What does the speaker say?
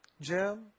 Jim